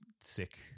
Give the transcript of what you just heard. sick